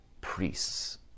priests